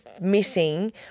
missing